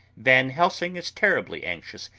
van helsing is terribly anxious,